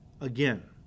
again